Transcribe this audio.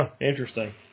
Interesting